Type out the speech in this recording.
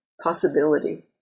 possibility